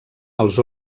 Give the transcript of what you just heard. els